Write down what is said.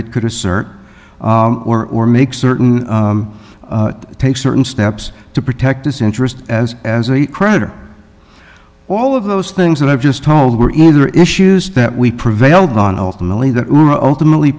it could assert or or make certain take certain steps to protect its interest as as a creditor all of those things that i've just told were either issues that we prevailed on ultimately